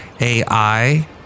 AI